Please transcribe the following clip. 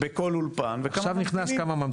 כמה לומדים בכל אולפן וכמה ממתינים.